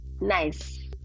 nice